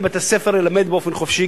לבתי-ספר ללמד באופן חופשי,